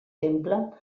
temple